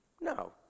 No